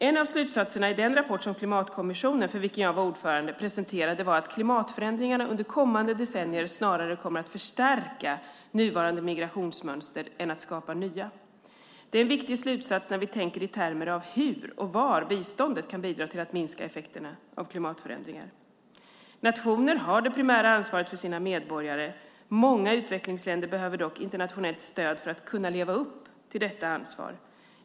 En av slutsatserna i den rapport som Klimatkommissionen, för vilken jag var ordförande, presenterade var att klimatförändringarna under kommande decennier snarare kommer att förstärka nuvarande migrationsmönster än skapa nya. Det är en viktigt slutsats när vi tänker i termer av hur och var biståndet kan bidra till att minska effekterna av klimatförändringar. Nationer har det primära ansvaret för sina medborgare. Många utvecklingsländer behöver dock internationellt stöd för att kunna leva upp till detta ansvar.